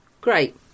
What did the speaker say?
Great